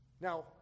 Now